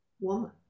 woman